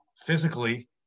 physically